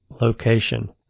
location